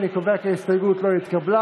אני קובע כי ההסתייגות לא התקבלה.